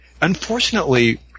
Unfortunately